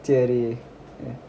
theory ya